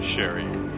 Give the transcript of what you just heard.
Sherry